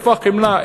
איפה החמלה?